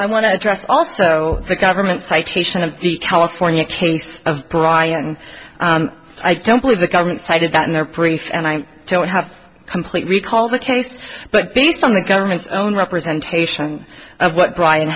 i want to address also the government citation of the california case of brian i don't believe the government cited that in their preferred and i don't have complete recall the case but based on the government's own representation of what brian